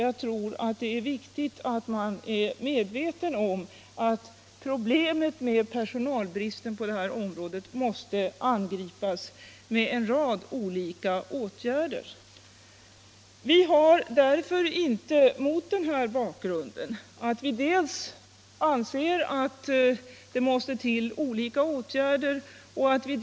Jag tror att det är viktigt att man är medveten om att problemet med personalbristen på detta område måste angripas med en rad olika åtgärder. Mot denna bakgrund — alltså att vi anser dels att olika åtgärder måste till.